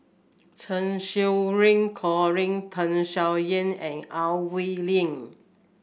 Cheng Xinru Colin Tham Sien Yen and Au Hing Yee